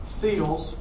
seals